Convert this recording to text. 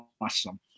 awesome